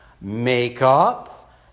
makeup